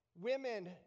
women